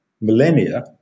millennia